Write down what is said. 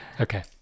Okay